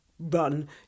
run